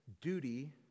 Duty